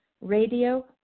radio